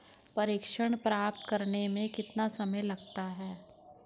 प्रेषण प्राप्त करने में कितना समय लगता है?